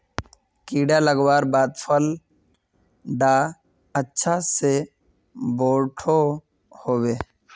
कीड़ा लगवार बाद फल डा अच्छा से बोठो होबे?